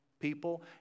people